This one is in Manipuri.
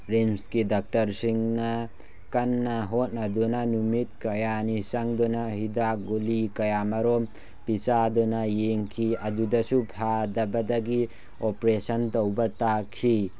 ꯔꯤꯝꯁꯀꯤ ꯗꯣꯛꯇꯔꯁꯤꯡꯅ ꯀꯟꯅ ꯍꯣꯠꯅꯗꯨꯅ ꯅꯨꯃꯤꯠ ꯀꯌꯥꯅꯤ ꯆꯪꯗꯨꯅ ꯍꯤꯗꯥꯛ ꯒꯨꯂꯤ ꯀꯌꯥꯃꯔꯨꯝ ꯄꯤꯖꯗꯨꯅ ꯌꯦꯡꯈꯤ ꯑꯗꯨꯗꯁꯨ ꯐꯗꯕꯗꯒꯤ ꯑꯣꯄꯔꯦꯁꯟ ꯇꯧꯕ ꯇꯥꯈꯤ